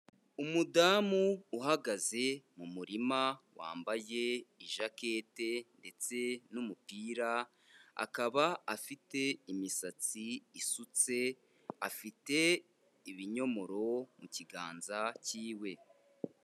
Umudamu uhagaze mu murima, wambaye ijakete ndetse n'umupira, akaba afite imisatsi isutse, afite ibinyomoro mu kiganza kiwe.